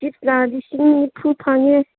ꯆꯤꯞꯁꯅ ꯂꯤꯁꯤꯡ ꯅꯤꯐꯨ ꯐꯪꯉꯦ